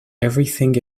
everything